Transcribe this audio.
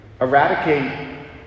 eradicate